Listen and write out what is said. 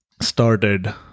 started